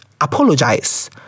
Apologize